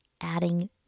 adding